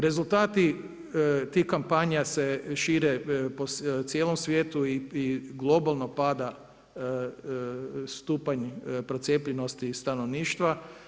Rezultati tih kampanja se šire po cijelom svijetu i globalno pada stupanj procjepljenosti stanovništva.